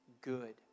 good